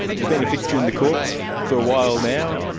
you've been a fixture in the courts for a while now.